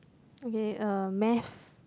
okay uh math